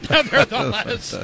Nevertheless